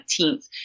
19th